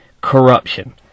corruption